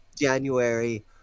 January